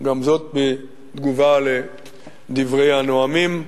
גם זאת בתגובה לדברי הנואמים,